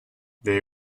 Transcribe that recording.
they